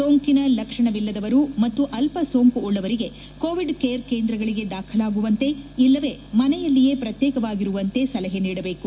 ಸೋಂಕಿನ ಲಕ್ಷಣವಿಲ್ಲದವರು ಮತ್ತು ಅಲ್ಲ ಸೋಂಕು ಉಳ್ಳವರಿಗೆ ಕೋವಿಡ್ ಕೇರ್ ಕೇಂದ್ರಗಳಗೆ ದಾಖಲಾಗುವಂತೆ ಇಲ್ಲವೇ ಮನೆಯಲ್ಲಿಯೇ ಪ್ರತ್ಯೇಕವಾಗಿರುವಂತೆ ಸಲಹೆ ನೀಡಬೇಕು